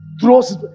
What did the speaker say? throws